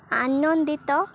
ଆନନ୍ଦିତ